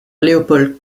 leopold